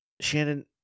Shannon